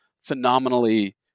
phenomenally